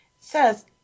says